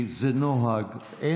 זה נוהג.